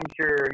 sure